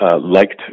liked